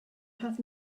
have